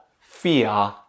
fear